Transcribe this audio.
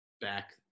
back